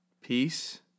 peace